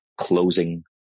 closing